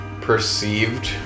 Perceived